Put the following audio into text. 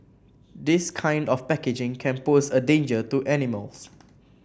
this kind of packaging can pose a danger to animals